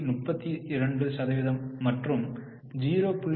32 சதவிகிதம் மற்றும் 0